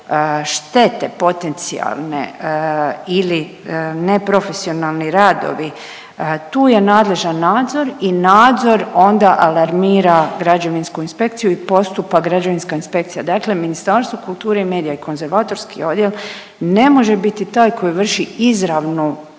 štete potencijalne ili neprofesionalni radovi, tu je nadležan nadzor i nadzor onda alarmira građevinsku inspekciju i postupa građevinska inspekcija. Dakle Ministarstvo kulture i medija i konzervatorski odjel ne može biti taj koji vrši izravnu,